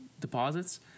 deposits